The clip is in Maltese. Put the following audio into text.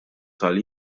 tal